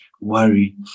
worry